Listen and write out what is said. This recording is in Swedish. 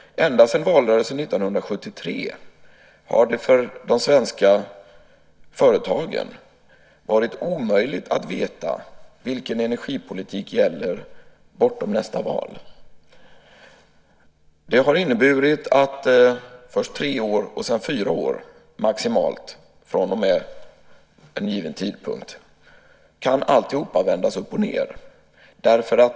Ända sedan valrörelsen 1973 har det för de svenska företagen varit omöjligt att veta vilken energipolitik som gäller bortom nästa val. Det har inneburit att alltihop har kunnat vändas upp och ned tre år, som det var först, och sedan fyra år, maximalt, efter en given tidpunkt.